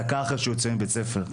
דקה אחרי שהוא יוצא מבית הספר,